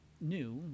new